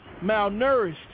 malnourished